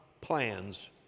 plans